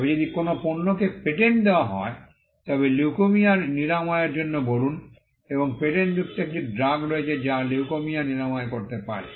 তবে যদি কোনও পণ্যকে পেটেন্ট দেওয়া হয় তবে লিউকিমিয়ার নিরাময়ের জন্য বলুন এবং পেটেন্টযুক্ত একটি ড্রাগ রয়েছে যা লিউকেমিয়া নিরাময় করতে পারে